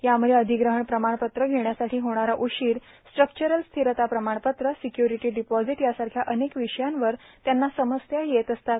यामध्ये अर्धधग्रहण प्रमाणपत्र घेण्यासाठी होणारा उशीर स्ट्रक्चरल स्थिरता प्रमाणपत्र र्सिक्यूर्र्टी डिपॉजिट यासारखे अनेक र्वषयांवर त्यांना समस्या येत असतात